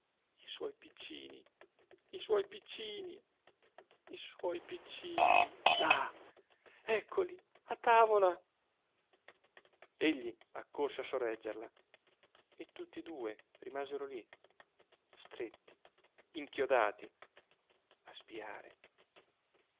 i suoi piccini i suoi piccini i suoi piccini là eccoli a tavola egli accorse a sorreggerla e tutti e due rimasero lí stretti inchiodati a spiare